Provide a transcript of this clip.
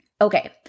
Okay